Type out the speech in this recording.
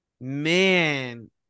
man